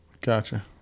Gotcha